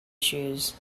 shoes